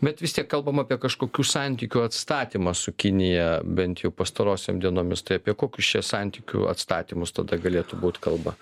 bet vis tiek kalbam apie kažkokių santykių atstatymą su kinija bent jau pastarosiom dienomis tai apie kokius čia santykių atstatymus tada galėtų būt kalba